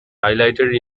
highlighted